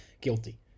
guilty